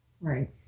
Right